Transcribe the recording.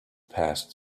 passed